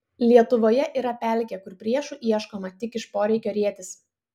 lietuvoje yra pelkė kur priešų ieškoma tik iš poreikio rietis